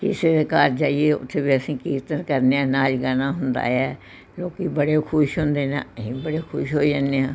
ਕਿਸੇ ਦੇ ਘਰ ਜਾਈਏ ਉੱਥੇ ਵੀ ਅਸੀਂ ਕੀਰਤਨ ਕਰਦੇ ਹਾਂ ਨਾਚ ਗਾਣਾ ਹੁੰਦਾ ਹੈ ਲੋਕ ਬੜੇ ਖੁਸ਼ ਹੁੰਦੇ ਨੇ ਅਸੀਂ ਵੀ ਬੜੇ ਖੁਸ਼ ਹੋ ਜਾਂਦੇ ਹਾਂ